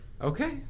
Okay